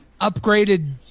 upgraded